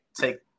take